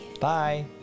Bye